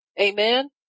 Amen